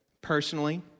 personally